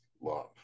love